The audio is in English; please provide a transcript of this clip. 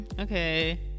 okay